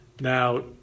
now